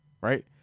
Right